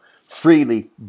freely